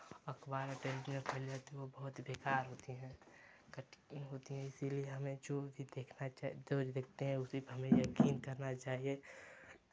अखबार में फैलती हैं फैल जाती है वो बहुत बेकार होती हैं होती हैं इसलिए हमें जो भी देखना चाहिए जो देखते हैं उसी पे हमें यकीन करना चाहिए